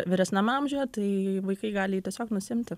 vyresniam amžiuje tai vaikai gali jį tiesiog nusiimti